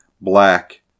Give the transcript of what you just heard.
Black